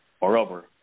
Moreover